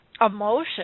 emotion